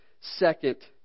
second